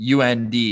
UND